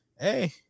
hey